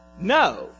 no